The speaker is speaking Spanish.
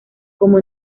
como